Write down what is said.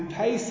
pay